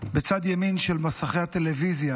בצד ימין של מסכי הטלוויזיה,